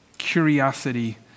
curiosity